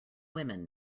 women